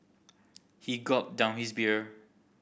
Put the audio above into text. he gulped down his beer